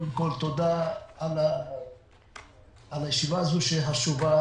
קודם כול תודה על הישיבה החשובה הזאת.